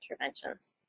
interventions